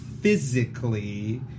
physically